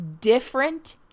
different